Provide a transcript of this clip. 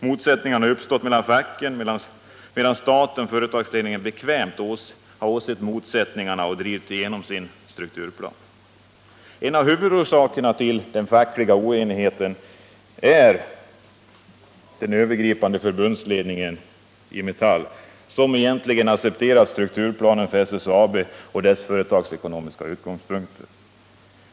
Motsättningar har uppstått mellan facken, medan staten och företagsledningen bekvämt har åsett motsättningarna och drivit igenom sin strukturplan. En av huvudorsakerna till den fackliga oenigheten är att den övergripande förbundsledningen i Metall accepterat strukturplanen för SSAB med dess företagsekonomiska utgångspunkter.